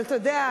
אבל אתה יודע,